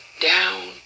down